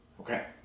Okay